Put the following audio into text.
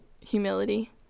humility